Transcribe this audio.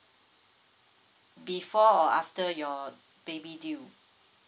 before or after your baby due